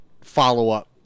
follow-up